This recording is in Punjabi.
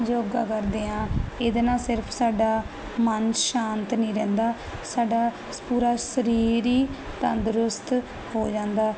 ਯੋਗਾ ਕਰਦੇ ਆਂ ਇਹਦੇ ਨਾਲ ਸਿਰਫ ਸਾਡਾ ਮਨ ਸ਼ਾਂਤ ਨਹੀਂ ਰਹਿੰਦਾ ਸਾਡਾ ਪੂਰਾ ਸਰੀਰ ਹੀ ਤੰਦਰੁਸਤ ਹੋ ਜਾਂਦਾ